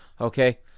Okay